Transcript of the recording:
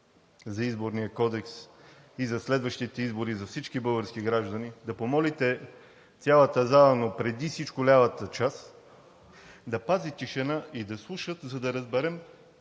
за Изборния кодекс, и за следващите избори за всички български граждани, да помолите цялата зала, но преди всичко лявата част, да пази тишина и да слушат, за да разберем